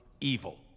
evil